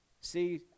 see